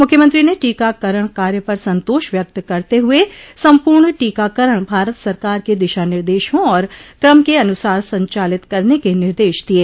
मुख्यमंत्री ने टीकाकरण कार्य पर संतोष व्यक्त करते हुए सम्पूर्ण टीकाकरण भारत सरकार के दिशा निर्देशों और क्रम के अनुसार संचालित करने के निर्देश दिये